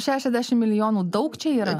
šešiadešim milijonų daug čia yra